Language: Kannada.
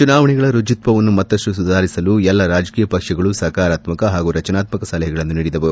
ಚುನಾವಣೆಗಳ ರುಜುತ್ವವನ್ನು ಮತ್ತಷ್ಟು ಸುಧಾರಿಸಲು ಎಲ್ಲ ರಾಜಕೀಯ ಪಕ್ಷಗಳು ಸಕಾರಾತ್ಮಕ ಹಾಗೂ ರಚನಾತಕ ಸಲಹೆಗಳನ್ನು ನೀಡಿದವು